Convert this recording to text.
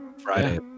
Friday